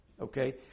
Okay